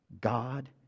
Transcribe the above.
God